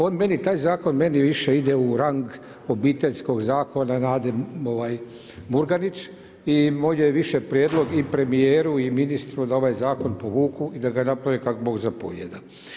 On meni, taj zakon meni više ide u rang obiteljskog zakona Nadi Murganić i ovdje je više prijedlog i premijeru i ministru da ovaj zakon povuku i da ga naprave kako bog zapovijeda.